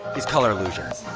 is color illusions.